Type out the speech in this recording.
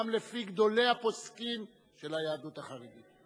גם לפי גדולי הפוסקים של היהדות החרדית.